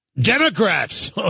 Democrats